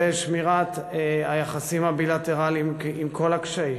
זה שמירת היחסים הבילטרליים, עם כל הקשיים,